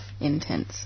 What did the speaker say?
intense